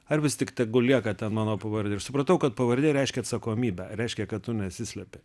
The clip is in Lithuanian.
ar vis tik tegu lieka ten mano pavardė ir supratau kad pavardė reiškia atsakomybę reiškia kad tu nesislepi